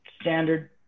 standard